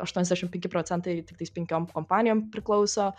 aštuoniasdešim penki procentai tiktais penkiom kompanijom priklauso